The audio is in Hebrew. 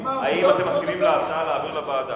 אני שואל את המציעים: האם אתם מסכימים להעביר לוועדה?